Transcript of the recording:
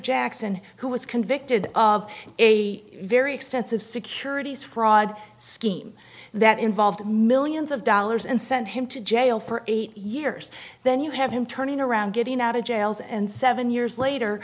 jackson who was convicted of a very extensive securities fraud scheme that involved millions of dollars and sent him to jail for eight years then you have him turning around getting out of jails and seven years later